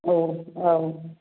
औ औ